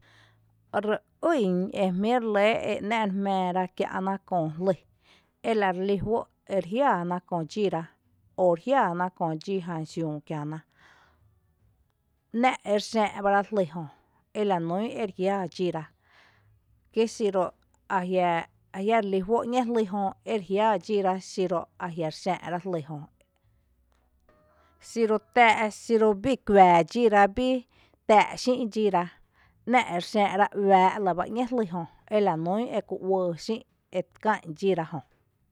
Re ýn e jmíi’ re lɇ re jmⱥⱥra kiä’ná köö jlí ela re lí juó’ ere jiⱥⱥ ná köo dxírá o re jiⱥⱥ ná köo dxí xiüü kiäná. ‘Nⱥ’ ere xⱥⱥ’bara jlý jö ela nún ere jiⱥⱥ dxíra kí xiru a jia re lí juó’ ‘ñée jlý jö re jiⱥⱥ dxíra xiro a jia’ xⱥⱥ’ rá jlý jö, xiru tⱥⱥ’ xiru bii kuⱥⱥ’ dxíra bí, ‘nⱥ’ re xⱥⱥ’ra uⱥⱥ’ lɇba ´ñee jlí jö ela nún ekú uɇɇ xï’ ere ká’an dxíra jö.